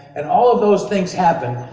and all of those things happened,